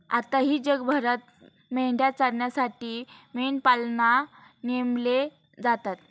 आताही जगभरात मेंढ्या चरण्यासाठी मेंढपाळांना नेमले जातात